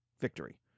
victory